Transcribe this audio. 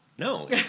No